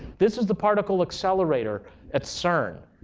this is the particle accelerator at cern.